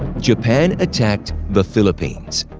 japan attacked the philippines.